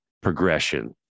progression